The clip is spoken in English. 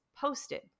posted